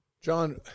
John